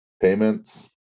payments